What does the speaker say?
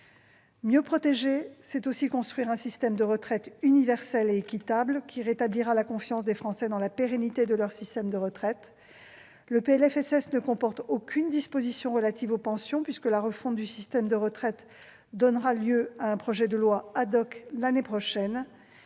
Mieux protéger, c'est aussi construire un système de retraite universel et équitable qui rétablira la confiance des Français dans la pérennité de leur système de retraite. Ce projet de loi de financement de la sécurité sociale ne comporte aucune disposition relative aux pensions, puisque la refonte du système de retraite donnera lieu à un projet de loi l'année prochaine.